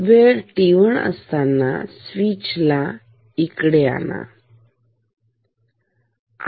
वेळ t1 असताना switch ला इकडे आणा ठीक